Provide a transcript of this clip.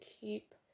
keep